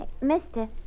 Mister